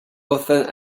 often